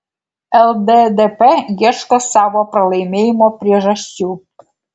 lddp ieško savo pralaimėjimo priežasčių